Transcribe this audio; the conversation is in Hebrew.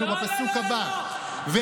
אנחנו בפסוק הבא, לא לא לא.